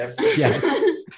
yes